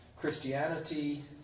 Christianity